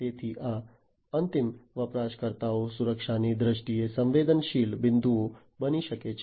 તેથી આ અંતિમ વપરાશકર્તાઓ સુરક્ષાની દ્રષ્ટિએ સંવેદનશીલ બિંદુઓ બની શકે છે